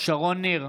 שרון ניר,